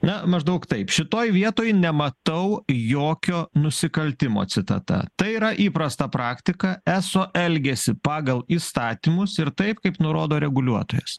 na maždaug taip šitoj vietoj nematau jokio nusikaltimo citata tai yra įprasta praktika eso elgiasi pagal įstatymus ir taip kaip nurodo reguliuotojas